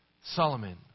Solomon